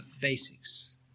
basics